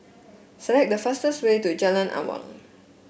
select the fastest way to Jalan Awang